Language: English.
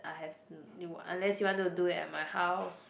I have n~ new unless you want to do it at my house